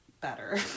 better